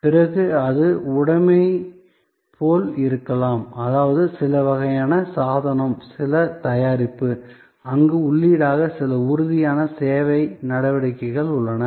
பிறகு அது உடைமை போல் இருக்கலாம் அதாவது சில வகையான சாதனம் சில தயாரிப்பு அங்கு உள்ளீடாக சில உறுதியான சேவை நடவடிக்கைகள் உள்ளன